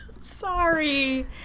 Sorry